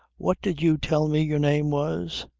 what did you tell me your name was?